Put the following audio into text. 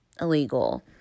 illegal